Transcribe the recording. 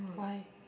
why